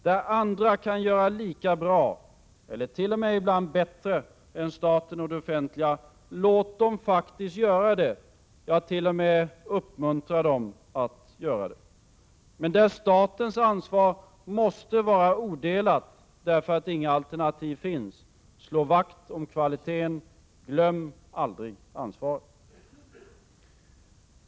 Där andra kan göra det lika bra eller ibland t.o.m. bättre än staten och det offentliga: Låt dem faktiskt göra det, ja, uppmuntra demt.o.m. att göra det. Men där statens ansvar måste vara odelat därför att inga alternativ finns: Slå vakt om kvaliteten och glöm aldrig ansvaret.